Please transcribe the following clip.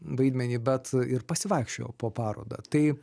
vaidmenį bet ir pasivaikščiojo po parodą tai